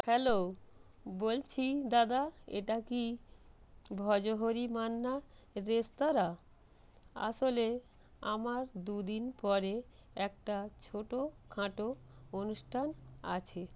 hello বলছি দাদা এটা কি ভজহরি মান্না রেস্তোরাঁ আসলে আমার দুদিন পরে একটা ছোট খাঁটো অনুষ্ঠান আছে